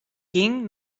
king